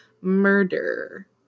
murder